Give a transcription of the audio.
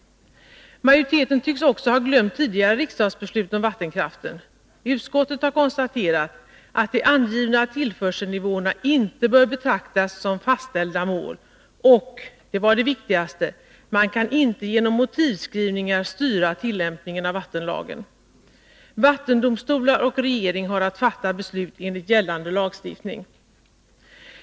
Majoriteten tycks också ha glömt tidigare riksdagsbeslut om vattenkraften. Utskottet har konstaterat att de angivna tillförselnivåerna inte bör betraktas som fastställda mål. Och — det var det viktigaste — man kan inte genom motivskrivningar styra tillämpningen av vattenlagen. Vattendomstolar och regering har att fatta beslut enligt gällande lagstiftning.